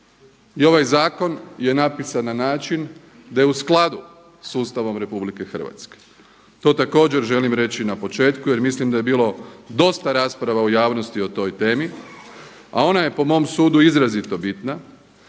I ovaj zakon je napisan na način da je u skladu sa Ustavom Republike Hrvatske. To također želim reći na početku jer mislim da je bilo dosta rasprava u javnosti o toj temi, a ona je po mom sudu izrazito bitna